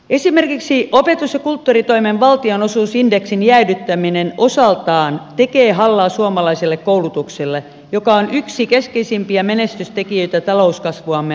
esimerkiksi opetus ja kulttuuritoimen valtionosuusindeksin jäädyttäminen osaltaan tekee hallaa suomalaiselle koulutukselle joka on yksi keskeisimpiä menestystekijöitä talouskasvuamme ajatellen